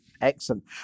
Excellent